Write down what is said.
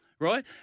right